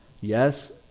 Yes